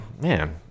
Man